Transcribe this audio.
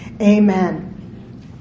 amen